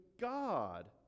God